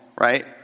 right